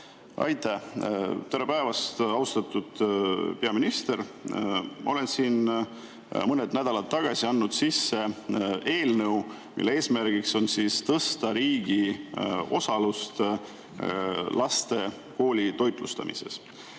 Aitäh! Tere päevast, austatud peaminister! Mõned nädalad tagasi andsin sisse eelnõu, mille eesmärk on tõsta riigi osalust laste koolitoitlustamisel.